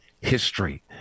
history